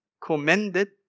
commended